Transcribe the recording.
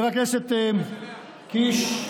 זאת פעם ראשונה --- חבר הכנסת קיש,